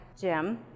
Jim